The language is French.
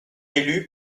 élu